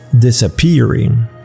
disappearing